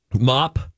Mop